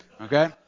Okay